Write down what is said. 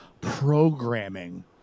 programming